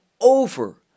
over